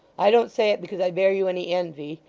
i don't say it because i bear you any envy,